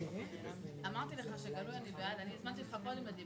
מי בעד קבלת ההסתייגות?